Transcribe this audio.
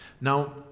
Now